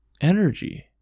energy